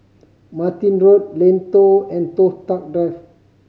Martin Road Lentor and Toh Tuck Drive